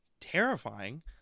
terrifying